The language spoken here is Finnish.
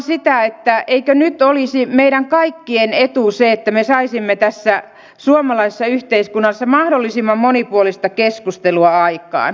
mietin vain eikö nyt olisi meidän kaikkien etu että me saisimme tässä suomalaisessa yhteiskunnassa mahdollisimman monipuolista keskustelua aikaan